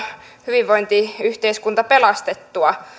hyvinvointiyhteiskunta pelastettua